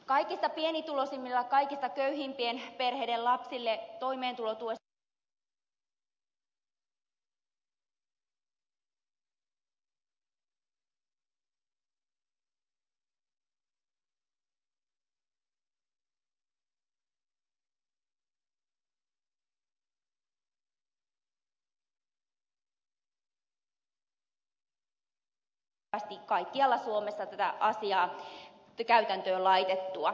kaikista pienituloisimmilla kaikista köyhimpien perheiden lapsilla toimeentulotuessa kyllä huomioidaan harkinnanvaraisena toimeentulotukena tai ennalta ehkäisevänä toimeentulotukena näitä harrastusmenoja mutta koska käytännöt kunnissa vaihtelevat siinä kuinka niitä huomioidaan toimeentulotuessa kuinka paljon niitä huomioidaan niin olisi kyllä tärkeätä että tähän asiaan puututtaisiin tiukemmin jotta saataisiin tasavertaisuus myös toteutumaan ja riittävästi kaikkialla suomessa tätä asiaa käytäntöön laitettua